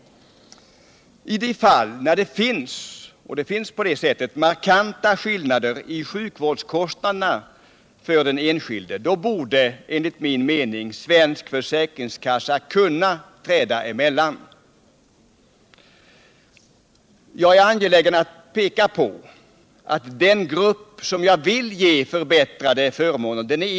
I de fall där det finns markanta skillnader i sjukvårdskostnaderna för den enskilde borde enligt min mening svensk försäkringskassa kunna träda emellan. Jag är angelägen om att påpeka att den grupp jag vill ge förbättrade förmåner inte är stor.